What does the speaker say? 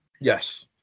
Yes